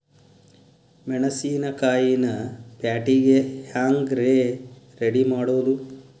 ಮೆಣಸಿನಕಾಯಿನ ಪ್ಯಾಟಿಗೆ ಹ್ಯಾಂಗ್ ರೇ ರೆಡಿಮಾಡೋದು?